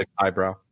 Eyebrow